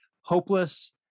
hopeless